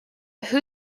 who